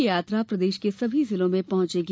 ये यात्रा प्रदेश के सभी जिलों में पहॅचेगी